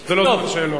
זה לא זמן שאלות.